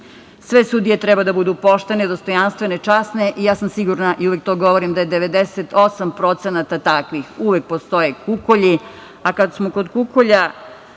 sve sudije treba da budu poštene, dostojanstvene, časne. Ja sam sigurna, i uvek to govorim, da je 98% takvih. Uvek postoje kukolji. Kad smo kod kukolja,